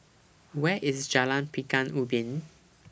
Where IS Jalan Pekan Ubin